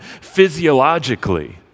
physiologically